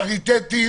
פריטטי,